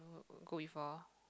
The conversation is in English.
go before